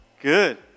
Good